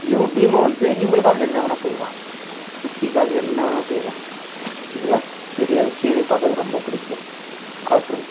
இவு பீமும் வந்து இவங்களுக்காக என்ன வேணால் செய்வான் சுட்க்கிக்காக என்ன வேணாலும் செய்வான் இது தான் சீரியல் அந்த சீரியல் பார்க்கறது ரொம்ப பிடிக்கும் கார்ட்டூன்